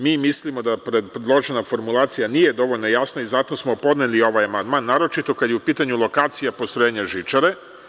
Mislimo da predložena formulacija nije dovoljno jasna i zato smo podneli ovaj amandman, naročito kada je u pitanju lokacija postrojenja žičare.